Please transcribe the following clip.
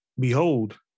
Behold